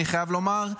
אני חייב לומר,